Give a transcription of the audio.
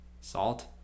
salt